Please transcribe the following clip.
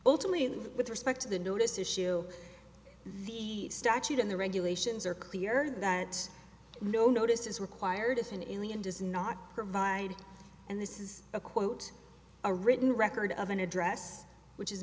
ultimately with respect to the notice issue the statute and the regulations are clear that no noticed is required if an alien does not provide and this is a quote a written record of an address which is